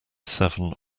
seven